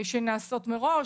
דרך אגב, שנעשות מראש.